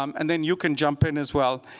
um and then you can jump in as well,